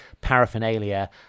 paraphernalia